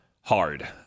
hard